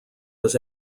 was